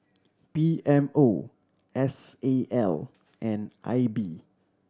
P M O S A L and I B